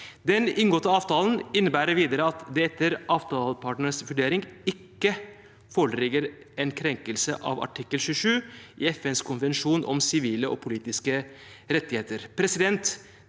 Den inngåtte avtalen innebærer videre at det etter avtalepartenes vurdering ikke foreligger en krenkelse av artikkel 27 i FNs konvensjon om sivile og politiske rettigheter.